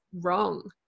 wrong